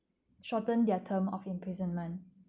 shorten their term of imprisonment